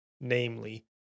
namely